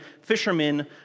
fishermen